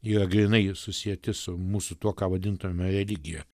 yra grynai susieti su mūsų tuo ką vadintume religiją